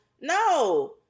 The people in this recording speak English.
no